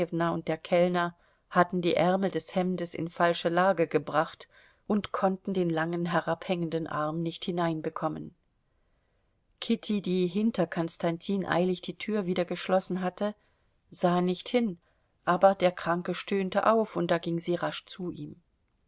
und der kellner hatten den ärmel des hemdes in falsche lage gebracht und konnten den langen herabhängenden arm nicht hineinbekommen kitty die hinter konstantin eilig die tür wieder geschlossen hatte sah nicht hin aber der kranke stöhnte auf und da ging sie rasch zu ihm